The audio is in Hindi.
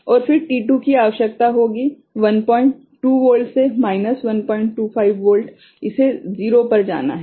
और फिर t2 की आवश्यकता होगी 12 वोल्ट से माइनस 125 वोल्ट इसे 0 पर जाना है